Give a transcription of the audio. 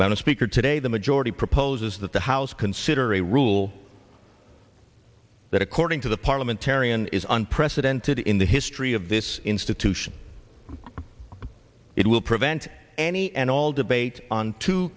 man a speaker today the majority proposes that the house consider a rule that according to the parliamentarian is unprecedented in the history of this institution it will prevent any and all debate on t